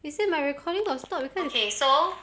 they say my recording will stop